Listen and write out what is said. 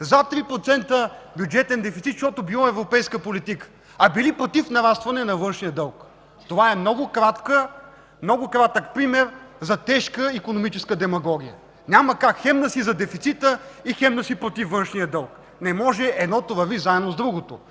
за 3% бюджетен дефицит, защото било европейска политика, а били против нарастване на външния дълг – това е много кратък пример за тежка икономическа демагогия. Няма как хем да си за дефицита, хем да си против външния дълг! Не може! Едното върви заедно с другото.